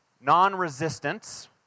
non-resistance